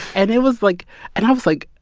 and it was like and i was like,